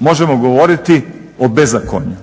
možemo govoriti o bezakonju.